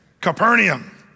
Capernaum